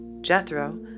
Jethro